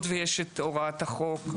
הוראת החוק,